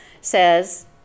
says